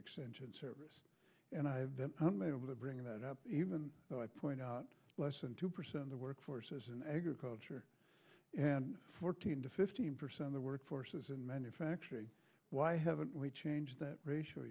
extension service and i've been able to bring that up even though i point out less than two percent of the workforce is in agriculture and fourteen to fifteen percent the workforce is in manufacturing why haven't we changed that ratio